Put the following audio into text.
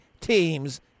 teams